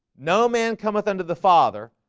no man cometh unto the father,